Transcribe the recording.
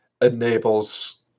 enables